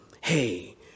Hey